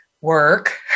work